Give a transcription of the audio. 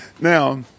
Now